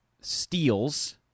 steals